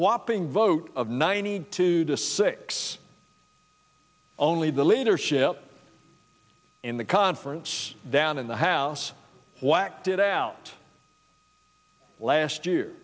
whopping vote of ninety two to six only the leadership in the conference down in the house was acted out last year